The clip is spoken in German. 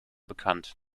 bekannt